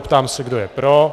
Ptám se, kdo je pro.